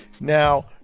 now